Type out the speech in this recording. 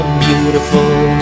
beautiful